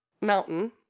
mountain